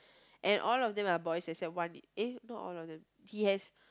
and all of them are boys except one eh not all of them he has